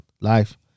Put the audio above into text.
life